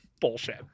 bullshit